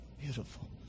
Beautiful